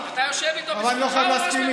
אתה יושב איתו בממשלה.